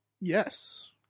Yes